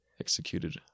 executed